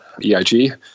eig